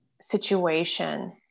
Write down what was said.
situation